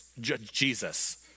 Jesus